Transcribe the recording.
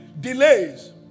delays